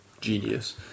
genius